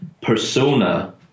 persona